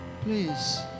please